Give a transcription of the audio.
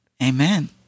Amen